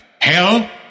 Hell